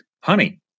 honey